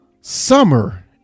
summer